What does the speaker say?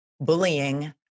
bullying